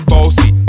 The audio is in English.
Bossy